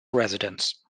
residence